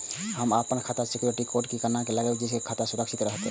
हम अपन खाता में सिक्युरिटी कोड केना लगाव जैसे के हमर खाता सुरक्षित रहैत?